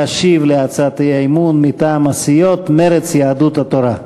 להשיב על הצעת האי-אמון מטעם הסיעות מרצ ויהדות התורה.